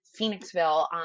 Phoenixville